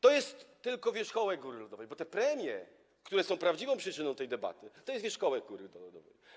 To jest tylko wierzchołek góry lodowej, te premie, które są prawdziwą przyczyna tej debaty, to jest wierzchołek góry lodowej.